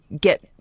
get